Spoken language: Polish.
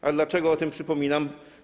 A dlaczego o tym przypominam?